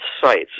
sites